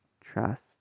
trust